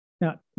Now